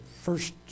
first